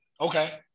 Okay